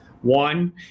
One